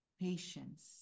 patience